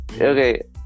Okay